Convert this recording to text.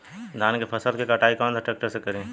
धान के फसल के कटाई कौन सा ट्रैक्टर से करी?